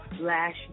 Last